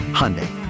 Hyundai